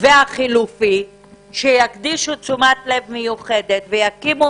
והחלופי שיקדישו תשומת לב מיוחדת ויקימו